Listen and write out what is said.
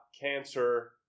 cancer